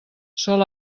sol